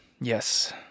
yes